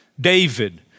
David